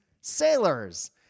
sailors